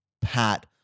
Pat